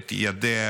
את ידיה